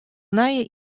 nije